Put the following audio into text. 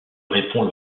répond